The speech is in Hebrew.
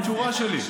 זו התשובה שלי.